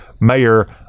Mayor